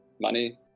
money